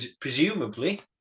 presumably